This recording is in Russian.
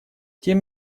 тем